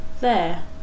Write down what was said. There